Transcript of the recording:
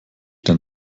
denn